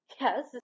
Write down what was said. Yes